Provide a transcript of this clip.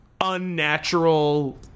unnatural